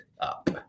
Up